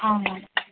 అవును